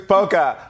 Poker